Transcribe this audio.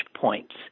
points